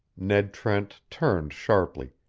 ned trent turned sharply,